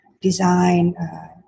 design